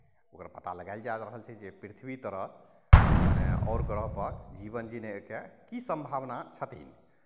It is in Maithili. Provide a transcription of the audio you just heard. ओकर पता लगाएल जा रहल छै जे पृथ्वी तरह मने आओर ग्रहपर जीवन जीनाइके की सम्भावना छथिन